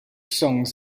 songs